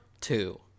two